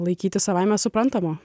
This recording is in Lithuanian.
laikyti savaime suprantama